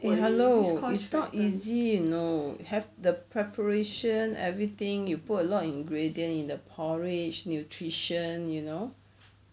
eh hello it's not easy you know have the preparation everything you put a lot of ingredient in the porridge nutrition you know